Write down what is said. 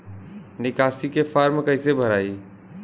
निकासी के फार्म कईसे भराई?